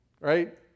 Right